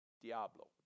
diablo